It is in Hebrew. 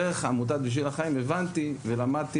דרך עמותת "בשביל החיים" הבנתי ולמדתי